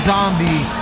Zombie